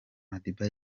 madiba